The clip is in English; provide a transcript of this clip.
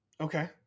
Okay